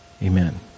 Amen